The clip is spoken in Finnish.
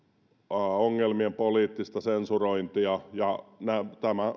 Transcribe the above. ongelmien poliittista sensurointia tämä